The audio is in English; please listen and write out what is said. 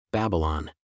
Babylon